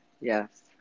Yes